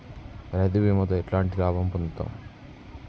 రైతు బీమాతో ఎట్లాంటి లాభం పొందుతం?